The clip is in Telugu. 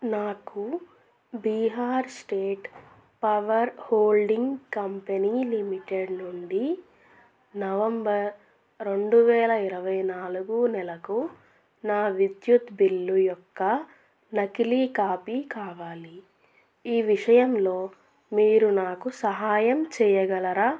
నాకు Bihar state power holding company limited నుండి నవంబర్ రెండు వేల ఇరవై నాలుగు నెలకు నా విద్యుత్ బిల్లు యొక్క నకిలీ కాపీ కావాలి ఈ విషయంలో మీరు నాకు సహాయం చెయ్యగలరా